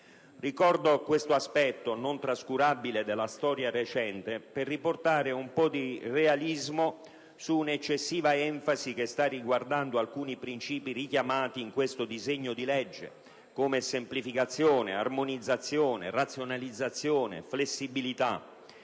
Ricordo questo aspetto non trascurabile della storia recente per riportare un po' di realismo su un'eccessiva enfasi che sta riguardando alcuni principi richiamati in questo disegno di legge, come semplificazione, armonizzazione, razionalizzazione e flessibilità.